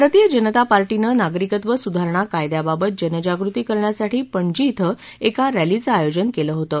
भारतीय जनता पार्टीनं नागरिकत्व सुधारणा कायद्याबाबत जनजागृती करण्यासाठी पणजी क्रें एका रॅलीचं आयोजन केलं होतं